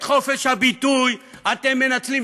את חופש הביטוי אתם מנצלים.